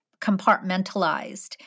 compartmentalized